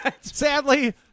Sadly